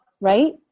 right